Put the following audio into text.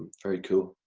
very cool,